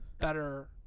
better